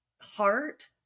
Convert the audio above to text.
heart